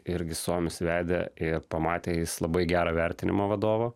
irgi suomis vedė ir pamatė jis labai gerą vertinimo vadovą